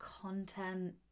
content